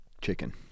chicken